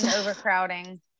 overcrowding